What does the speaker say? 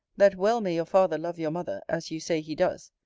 that well may your father love your mother, as you say he does.